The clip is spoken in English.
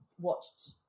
watched